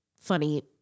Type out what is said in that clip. funny